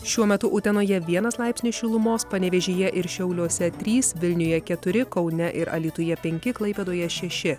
šiuo metu utenoje vienas laipsnis šilumos panevėžyje ir šiauliuose trys vilniuje keturi kaune ir alytuje penki klaipėdoje šeši